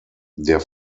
der